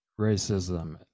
racism